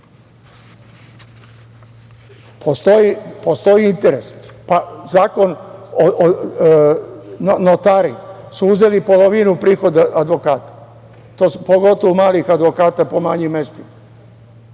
Postoji interes. Pa, notari su uzeli polovinu prihoda advokata, pogotovo malih advokata po manjim mestima.